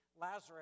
Lazarus